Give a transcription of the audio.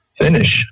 finish